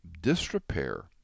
disrepair